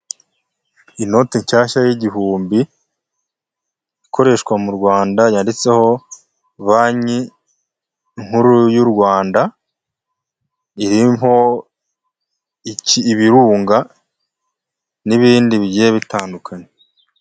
Inoti nshyashya y'igihumbi ikoreshwa mu Rwanda yanditseho banki nkuru y'u Rwanda, iriho ibirunga n'ibindi bigiye bitandukanye.